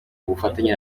bufatanye